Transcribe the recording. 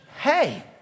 hey